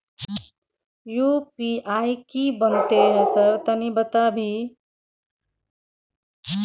UPI की बनते है सर तनी बता भी ना सर एक पैसा लागे छै सर?